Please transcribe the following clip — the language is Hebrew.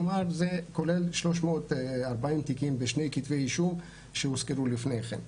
כלומר זה 340 תיקים בשני כתבי אישום שהוזכרו לפני כן.